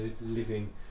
living